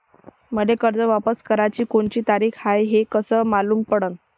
मले कर्ज वापस कराची कोनची तारीख हाय हे कस मालूम पडनं?